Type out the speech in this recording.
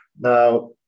Now